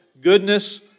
Goodness